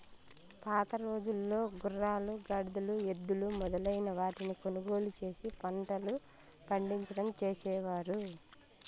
పాతరోజుల్లో గుర్రాలు, గాడిదలు, ఎద్దులు మొదలైన వాటిని కొనుగోలు చేసి పంటలు పండించడం చేసేవారు